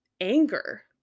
anger